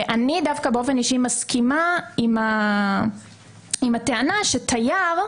אני דווקא מסכימה עם הטענה שתייר,